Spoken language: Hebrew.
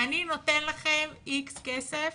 נותן לכם X כסף